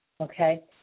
okay